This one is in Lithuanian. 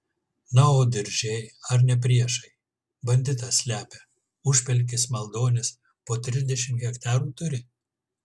na o diržiai ar ne priešai banditą slepia užpelkis maldonis po trisdešimt hektarų turi